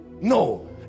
no